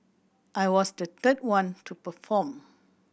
I was the third one to perform